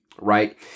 right